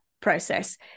process